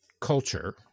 culture